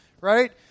right